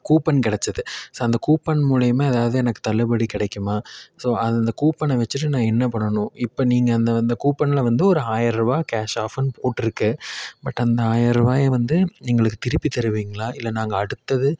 coupon கிடச்சிது so அந்த coupon மூலிமா எதாவது எனக்கு தள்ளுபடி கிடைக்குமா ஸோ அந்த கூப்பன் வச்சிட்டு நான் என்ன பண்ணணும் இப்போ நீங்கள் அந்த வந்த கூப்பனில் வந்து ஒரு ஆயிரருவா கேஷ் ஆஃபர்னு போட்டுருக்கு பட் அந்த ஆயருபாய வந்து எங்களுக்கு திருப்பி தருவீங்களா இல்லை நாங்கள் அடுத்தது